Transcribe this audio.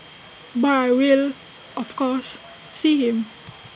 but I will of course see him